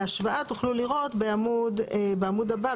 להשוואה תוכלו לראות בעמוד הבא,